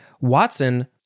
Watson